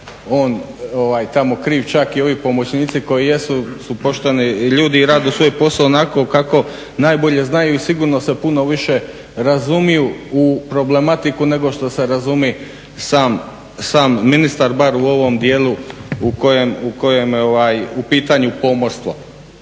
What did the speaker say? on tamo kriv. Čak i ovi pomoćnici koji jesu su pošteni ljudi i rade svoj posao onako kako najbolje znaju i sigurno se puno više razumiju u problematiku nego što se razumi sam ministar bar u ovom dijelu u kojem je u pitanju pomorstvo.